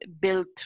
built